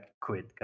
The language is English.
quit